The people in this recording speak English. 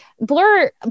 blur